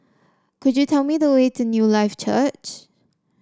could you tell me the way to Newlife Church